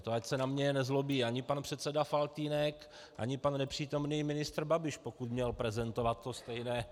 To ať se na mě nezlobí ani pan předseda Faltýnek, ani pan nepřítomný ministr Babiš, pokud měl prezentovat to stejné.